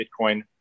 Bitcoin